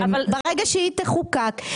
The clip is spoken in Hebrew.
ברגע שהיא תחוקק,